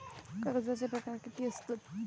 कर्जाचे प्रकार कीती असतत?